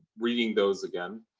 reading those again?